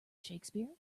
shakespeare